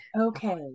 Okay